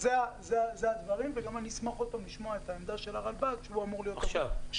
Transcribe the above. אלה הדברים ואני אשמח עוד פעם לשמוע את העמדה של הרלב"ד שאמור לתכלל.